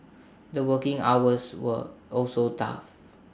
the working hours were also tough